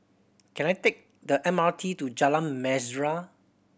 can I take the M R T to Jalan Mesra